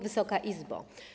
Wysoka Izbo!